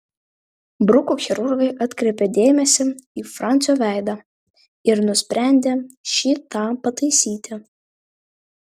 bruko chirurgai atkreipė dėmesį į fransio veidą ir nusprendė šį tą pataisyti